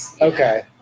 Okay